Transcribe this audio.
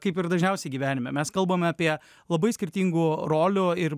kaip ir dažniausiai gyvenime mes kalbame apie labai skirtingų rolių ir